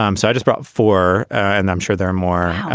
um so i just brought four and i'm sure there are more.